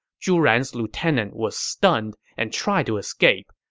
zhu ran's lieutenant was stunned and tried to escape,